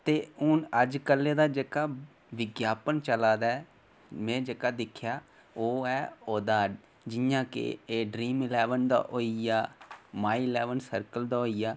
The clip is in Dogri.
ते हून अज्ज कलै दा जेह्का विज्ञापन चला दा में जेह्का दिक्खेआ ओह् ऐ जियां एह् ड्रीम इलैवन दा होई आ माई इलैवन सरकल दा होई आ